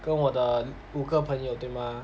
跟我的五个朋友对吗